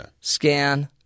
scan